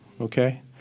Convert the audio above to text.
okay